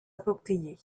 appropriée